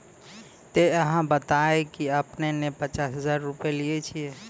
ते अहाँ बता की आपने ने पचास हजार रु लिए छिए?